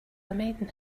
mean